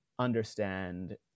understand